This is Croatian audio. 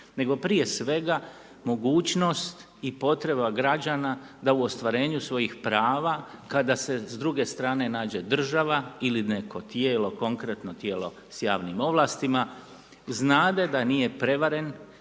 nego prije svega mogućnost i potreba građana da u ostvarenju svojih prava, kada se s druge strane nađe država ili neko Tijelo, konkretno Tijelo s javnim ovlastima, znade da nije prevaren,